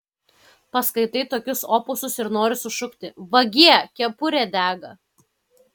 paskaitai tokius opusus ir nori sušukti vagie kepurė dega